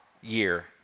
year